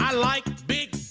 like because